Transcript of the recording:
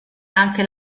anche